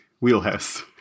Wheelhouse